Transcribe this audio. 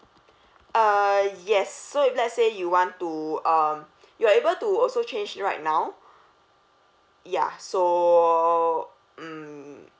uh yes so if let's say you want to um you are able to also change it right now ya so mm